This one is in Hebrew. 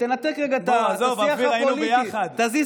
עזוב, אופיר, היינו ביחד.